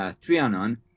Trianon